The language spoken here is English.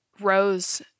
Rose